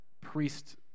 priest